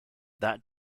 that